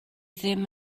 ddim